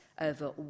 over